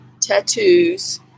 tattoos